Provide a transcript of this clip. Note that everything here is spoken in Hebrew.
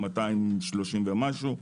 230 ומשהו,